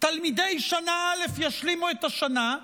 תלמידי שנה א' ישלימו את השנה,